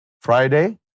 Friday